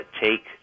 take